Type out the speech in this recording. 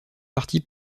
partie